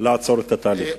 כדי לעצור את התהליך.